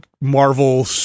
Marvel